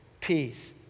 peace